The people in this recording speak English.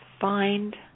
find